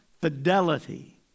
fidelity